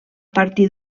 partir